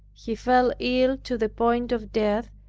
he fell ill to the point of death,